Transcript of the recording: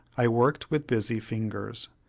i worked with busy fingers,